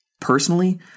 Personally